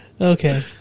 Okay